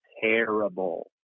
terrible